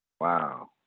Wow